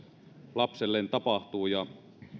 lapselleen tapahtuu ja